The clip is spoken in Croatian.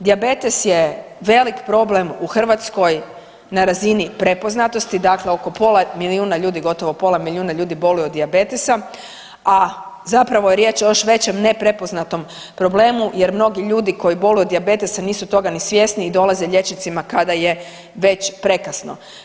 Dijabetes je velik problem u Hrvatskoj na razini prepoznatosti, dakle oko pola milijuna ljudi, gotovo pola milijuna ljudi boluje od dijabetesa, a zapravo je riječ o još većem neprepoznatom problemu jer mnogi ljudi koji boluju od dijabetesa nisu toga ni svjesni i dolaze liječnicima kada je već prekasno.